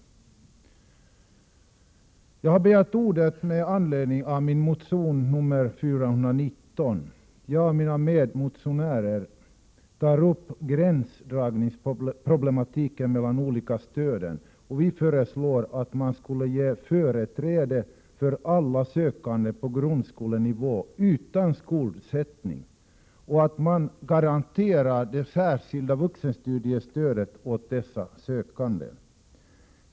Jag har begärt ordet med anledning av min motion nr Sf419. Jag och mina medmotionärer tar där upp den gränsdragningsproblematik som finns när det gäller de olika stöden. Vi föreslår att man ger företräde för alla sökande på grundskolenivå att kunna studera utan skuldsättning och att man garanterar det särskilda vuxenstudiestödet åt dessa sökande.